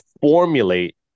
formulate